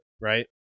right